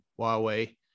Huawei